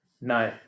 no